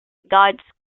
guides